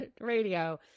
radio